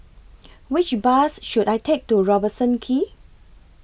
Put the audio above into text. Which Bus should I Take to Robertson Quay